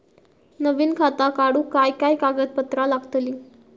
नवीन खाता काढूक काय काय कागदपत्रा लागतली?